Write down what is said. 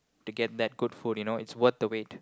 to get that good food you know it's worth to wait